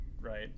right